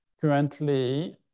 Currently